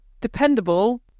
Dependable